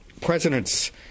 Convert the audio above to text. Presidents